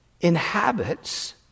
inhabits